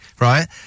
right